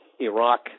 Iraq